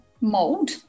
mold